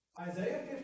Isaiah